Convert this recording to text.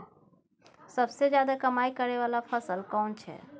सबसे ज्यादा कमाई करै वाला फसल कोन छै?